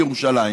בירושלים,